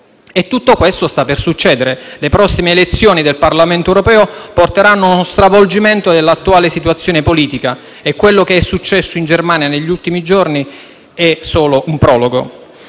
Tutto questo sta per succedere; le prossime elezioni del Parlamento europeo porteranno uno stravolgimento dell'attuale situazione politica e quello che è successo in Germania negli ultimi giorni è solo un prologo.